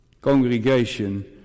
Congregation